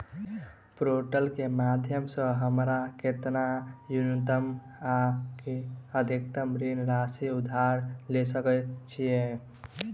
Portal केँ माध्यम सऽ हमरा केतना न्यूनतम आ अधिकतम ऋण राशि उधार ले सकै छीयै?